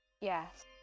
Yes